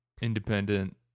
independent